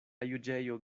juĝejo